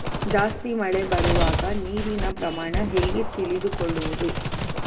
ಜಾಸ್ತಿ ಮಳೆ ಬರುವಾಗ ನೀರಿನ ಪ್ರಮಾಣ ಹೇಗೆ ತಿಳಿದುಕೊಳ್ಳುವುದು?